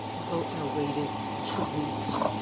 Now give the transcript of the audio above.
boatner waited two weeks